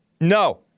No